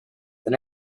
they